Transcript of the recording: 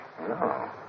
No